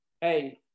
hey